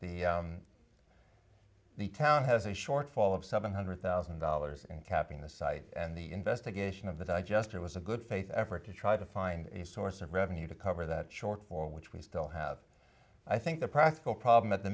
the the town has a shortfall of seven hundred thousand dollars and capping the site and the investigation of the digester was a good faith effort to try to find a source of revenue to cover that short for which we still have i think a practical problem at the